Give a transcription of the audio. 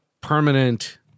permanent